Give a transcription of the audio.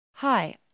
Hi